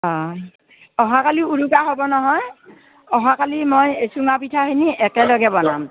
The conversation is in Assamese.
অ' অহাকালি উৰুকা হ'ব নহয় অহাকালি মই চুঙাপিঠাখিনি একেলগে বনাম